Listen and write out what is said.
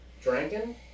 drinking